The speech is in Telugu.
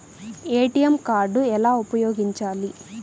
ఏ.టీ.ఎం కార్డు ఎలా ఉపయోగించాలి?